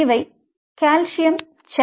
இவை கால்சியம் சேனல்கள்